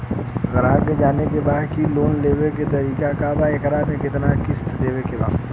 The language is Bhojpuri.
ग्राहक के जाने के बा की की लोन लेवे क का तरीका बा एकरा में कितना किस्त देवे के बा?